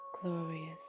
glorious